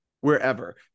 wherever